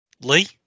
Lee